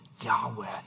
Yahweh